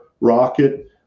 Rocket